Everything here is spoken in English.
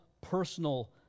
personal